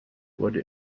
wurde